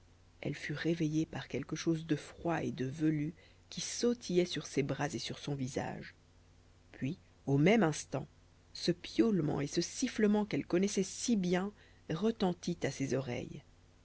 elle fut réveillée par quelque chose de froid et de velu qui sautillait sur ses bras et sur son visage puis au même instant ce piaulement et ce sifflement qu'elle connaissait si bien retentit à ses oreilles